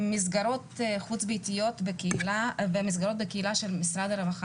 מסגרות חוץ-ביתיות בקהילה של משרד הרווחה,